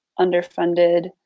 underfunded